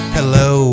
Hello